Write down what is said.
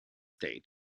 stay